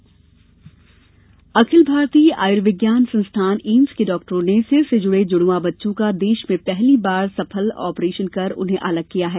AIIMS अखिल भारतीय आयुर्विज्ञान संस्थान एम्स के डॉक्टरों ने सिर से जुड़े जुड़वां बच्चों का देश में पहली बार सफल ऑपरेशन कर उन्हें अलग किया है